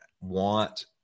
want